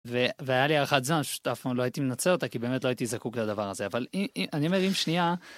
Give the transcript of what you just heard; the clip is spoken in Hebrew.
והיה לי הארכת זמן פשוט אף פעם לא הייתי מנצל אותה כי באמת לא הייתי זקוק לדבר הזה, אבל אני אומר אם שנייה.